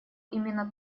именно